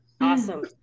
Awesome